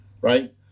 right